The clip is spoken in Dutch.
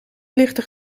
lichten